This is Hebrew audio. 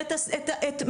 ואת את האמירות,